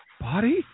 body